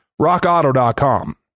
rockauto.com